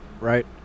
Right